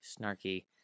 snarky